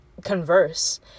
converse